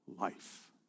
life